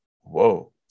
whoa